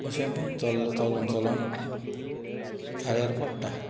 अशें पूण चल्लो चलो चलोन थाऱ्यार पोडटा